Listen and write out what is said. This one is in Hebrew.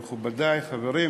מכובדי, חברים,